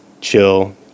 chill